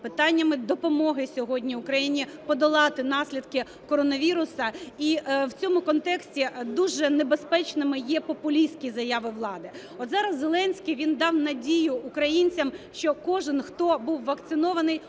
питаннями допомоги сьогодні Україні подолати наслідки коронавірусу. І в цьому контексті дуже небезпечними є популістські заяви влади. От зараз Зеленський він дав надію українцям, що кожен, хто був вакцинований,